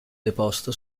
deposto